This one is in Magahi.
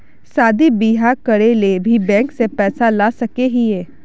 शादी बियाह करे ले भी बैंक से पैसा ला सके हिये?